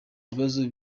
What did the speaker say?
bibazo